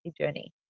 journey